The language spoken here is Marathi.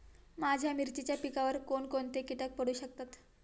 माझ्या मिरचीच्या पिकावर कोण कोणते कीटक पडू शकतात?